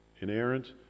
inerrant